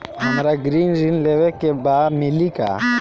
हमरा गृह ऋण लेवे के बा मिली का?